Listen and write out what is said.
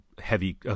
heavy